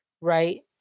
right